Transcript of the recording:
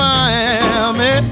Miami